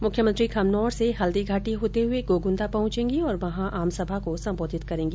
मुख्यमंत्री खमनोर से हल्दीघाटी होते हुए गोगुन्दा पहुंचेगी और वहां आमसभा को सम्बोधित करेगी